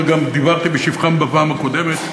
וגם דיברתי בשבחן בפעם הקודמת,